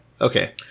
okay